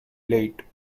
late